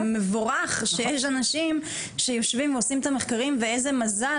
מבורך שיש אנשים שיושבים עושים את המחקרים ואיזה מזל